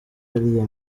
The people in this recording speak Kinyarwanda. ariya